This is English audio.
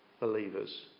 believers